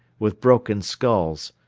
with broken skulls,